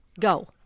Go